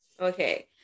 okay